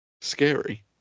Scary